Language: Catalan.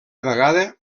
vegada